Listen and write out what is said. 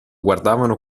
guardavano